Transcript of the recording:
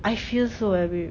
I feel so eh babe